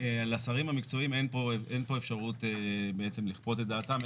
לשרים המקצועיים אין פה אפשרות בעצם לכפות את דעתם,